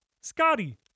Scotty